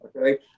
Okay